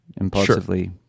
impulsively